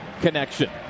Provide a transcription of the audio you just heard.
connection